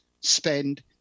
spend